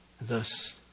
Thus